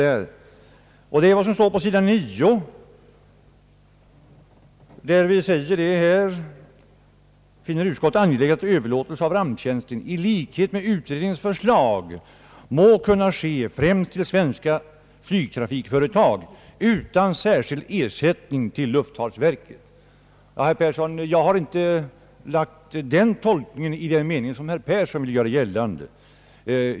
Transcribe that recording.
Jag ber att få hänvisa till s. 9 i utlåtandet, där vi säger: »Av angivna skäl... finner utskottet angeläget att överlåtelse av ramptjänsten i likhet med utredningens förslag må kunna ske främst till svenska flygtrafikföretag utan särskild ersättning till luftfartsverket.» Jag har inte i den meningen lagt in den tolkning, som herr Persson vill göra gällande.